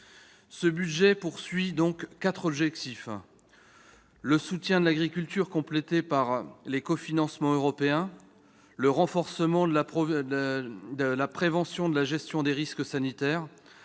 Ce budget a quatre objectifs : le soutien à l'agriculture complété par des cofinancements européens ; le renforcement de la prévention et de la gestion des risques sanitaires